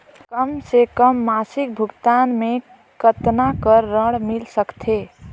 कम से कम मासिक भुगतान मे कतना कर ऋण मिल सकथे?